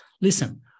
listen